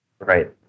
Right